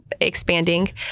expanding